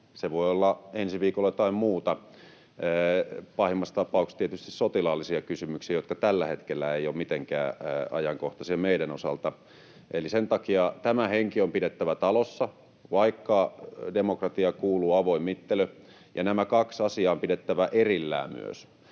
Se voi olla ensi viikolla jotain muuta, pahimmassa tapauksessa tietysti sotilaallisia kysymyksiä, jotka tällä hetkellä eivät ole mitenkään ajankohtaisia meidän osalta. Eli sen takia tämä henki on pidettävä talossa, vaikka demokratiaan kuuluu avoin mittelö, ja nämä kaksi asiaa on pidettävä erillään myös.